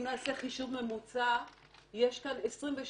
אם נעשה חישוב ממוצע, יש כאן 22